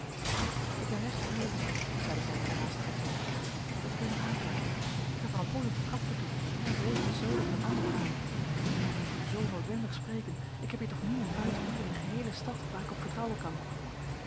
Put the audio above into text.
ik ben recht verheugd zeide zij op een haastigen toon dat ik u nog aantref ik had al een poos op de trap vertoefd en vreesde zoo dat er een ander kwame en ik moet u zoo noodwendig spreken ik heb hier toch niemand buiten u in de geheele stad waar ik op vertrouwen kan